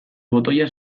botoia